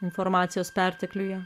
informacijos pertekliuje